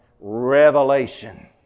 revelation